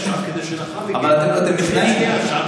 עכשיו, כדי שלאחר מכן, אבל אתם נכנעים, אני לא